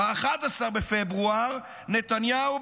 ב-11 בפברואר נתניהו,